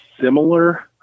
similar –